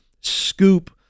scoop